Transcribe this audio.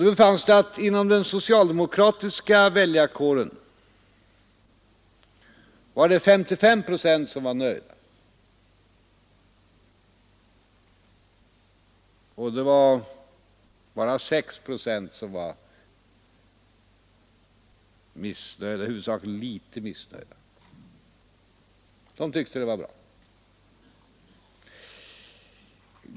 Det befanns då att 55 procent inom den socialdemokratiska väljarkåren var nöjda medan bara 6 procent redovisade något missnöje. De socialdemokratiska väljarna tyckte alltså att överenskommelsen var bra.